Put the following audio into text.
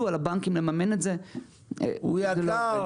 על הבנקים לממן את זה --- הוא יקר,